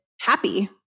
happy